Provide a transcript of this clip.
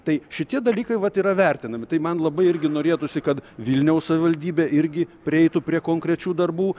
tai šitie dalykai vat yra vertinami tai man labai irgi norėtųsi kad vilniaus savivaldybė irgi prieitų prie konkrečių darbų